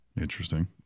Interesting